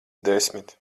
desmit